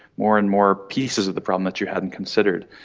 more and more pieces of the problem that you hadn't considered.